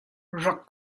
rak